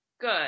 good